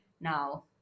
now